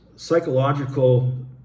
Psychological